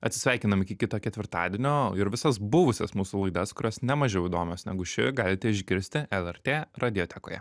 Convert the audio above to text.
atsisveikinam iki kito ketvirtadienio ir visas buvusias mūsų laidas kurios ne mažiau įdomios negu ši galite išgirsti lrt radiotekoje